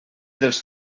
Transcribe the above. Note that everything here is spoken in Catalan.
dels